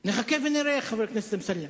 נחכה ונראה, חבר הכנסת אמסלם,